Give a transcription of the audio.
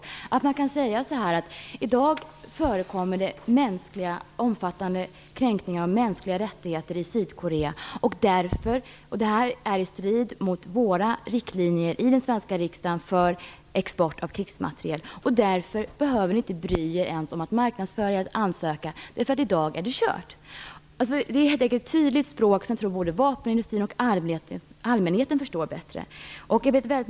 Man skulle kunna säga att det i dag förekommer omfattande kränkningar av mänskliga rättigheter i Sydkorea och att detta är i strid med den svenska riksdagens riktlinjer för export av krigsmateriel. Därför behöver man inte ens bry sig om att marknadsföra sig eller lämna in ansökningar - nu är det stopp. Det vore ett tydligt språk, som både vapenindustrin och allmänheten förstår bättre.